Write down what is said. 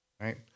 right